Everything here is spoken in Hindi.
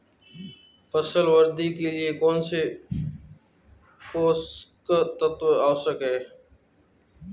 फसल वृद्धि के लिए कौनसे पोषक तत्व आवश्यक हैं?